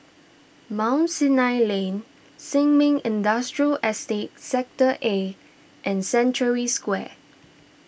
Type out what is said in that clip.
Mount Sinai Lane Sin Ming Industrial Estate Sector A and Century Square